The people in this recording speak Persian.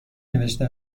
نوشته